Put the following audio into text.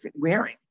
wearing